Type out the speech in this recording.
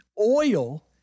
Oil